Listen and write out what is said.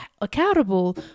accountable